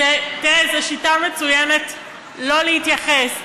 תראה, זו שיטה מצוינת לא להתייחס,